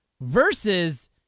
versus